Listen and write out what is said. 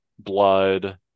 Blood